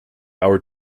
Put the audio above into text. our